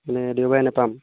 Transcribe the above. মানে দেওবাৰে নাপাম